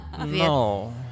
No